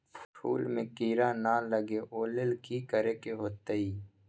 फूल में किरा ना लगे ओ लेल कि करे के होतई?